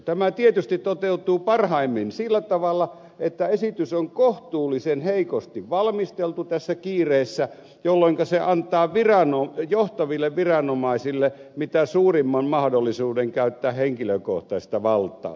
tämä tietysti toteutuu parhaimmin sillä tavalla että esitys on kohtuullisen heikosti valmisteltu tässä kiireessä jolloinka se antaa johtaville viranomaisille mitä suurimman mahdollisuuden käyttää henkilökohtaista valtaa